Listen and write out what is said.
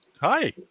Hi